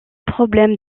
problèmes